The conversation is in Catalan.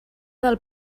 del